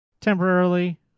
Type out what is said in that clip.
temporarily